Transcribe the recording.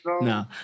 No